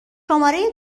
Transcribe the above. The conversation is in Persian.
شماره